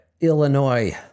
Illinois